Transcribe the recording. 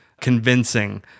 convincing